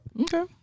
Okay